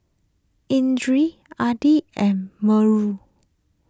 Idris Adi and Melur